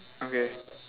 okay